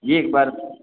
जी पर